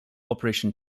operation